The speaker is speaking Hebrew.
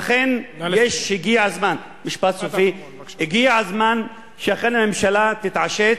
לכן יש, הגיע הזמן שאכן הממשלה תתעשת,